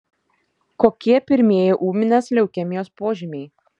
kokie pirmieji ūminės leukemijos požymiai